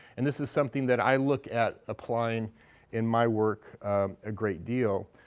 and this is something that i look at applying in my work a great deal.